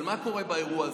אבל מה קורה באירוע הזה?